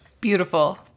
Beautiful